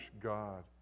god